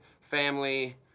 family